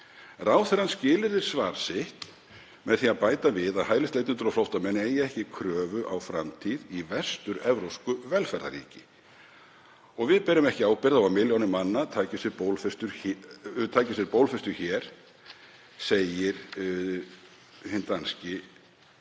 Ráðherrann skilyrðir svar sitt með því að bæta við að hælisleitendur og flóttamenn eigi ekki kröfu á framtíð í vestur-evrópsku velferðarríki: Við berum ekki ábyrgð á að milljónir manna taki sér bólfestu hér, segir hinn danski